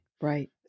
Right